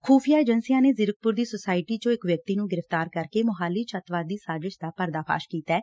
ਖੁਫ਼ੀਆਂ ਏਜੰਸੀਆਂ ਨੇ ਜ਼ੀਰਕਪੁਰ ਦੀ ਸੋਸਾਇਟੀ ਚੋਂ ਇਕ ਵਿਅਕਤੀ ਨੁੰ ਗ੍ਰਿਫ਼ਤਾਰ ਕਰਕੇ ਸੋਹਾਲੀ ਚ ਅੱਤਵਾਦੀ ਸਾਜਿਸ਼ ਦਾ ਪਰਦਾ ਫਾਸ਼ ਕੀਤੈ